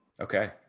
Okay